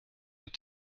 your